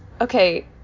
Okay